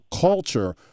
culture